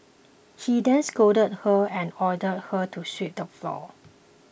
he then scolded her and ordered her to sweep the floor